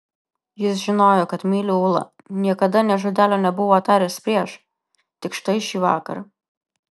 jis žinojo kad myliu ulą niekada nė žodelio nebuvo taręs prieš tik štai šįvakar